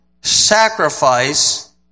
sacrifice